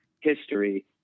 history